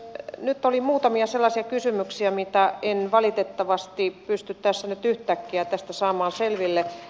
nyt oli muutamia sellaisia kysymyksiä mitä en valitettavasti pysty nyt yhtäkkiä tästä saamaan selville